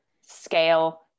scale